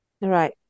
Right